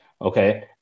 okay